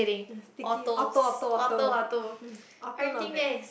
sticky otter otter otter otter not bad